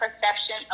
perception